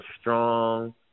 strong